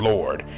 Lord